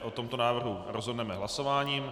O tomto návrhu rozhodneme hlasováním.